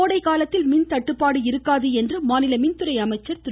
கோடை காலத்தில் மின்தட்டுப்பாடு இருக்காது என்று மாநில மின்துறை அமைச்சர் திரு